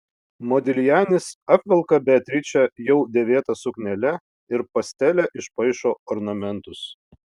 modiljanis apvelka beatričę jau dėvėta suknele ir pastele išpaišo ornamentus